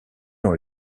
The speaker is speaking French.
dans